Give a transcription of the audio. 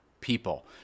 people